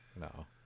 No